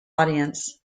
audience